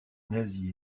nazis